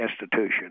institution